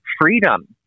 freedom